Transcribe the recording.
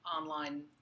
online